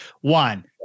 One